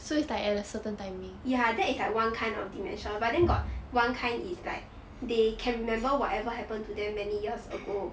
ya that is like one kind of dementia but then got one kind is like they can remember whatever happened to them many years ago